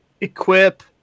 Equip